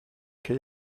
quel